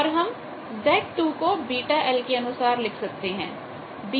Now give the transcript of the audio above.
और हम z2 को βl के अनुसार लिख सकते हैं